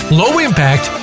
low-impact